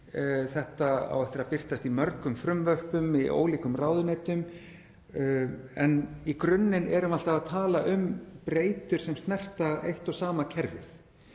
Þetta á eftir að birtast í mörgum frumvörpum í ólíkum ráðuneytum en í grunninn erum við alltaf að tala um breytur sem snerta eitt og sama kerfið,